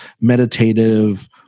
meditative